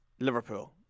Liverpool